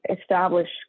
establish